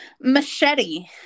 machete